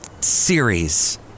series